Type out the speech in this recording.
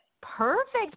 Perfect